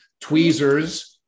tweezers